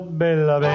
bella